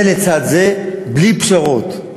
זה לצד זה, בלי פשרות.